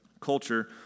culture